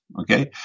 okay